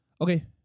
Okay